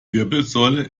wirbelsäule